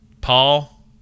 Paul